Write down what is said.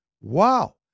Wow